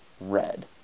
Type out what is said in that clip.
red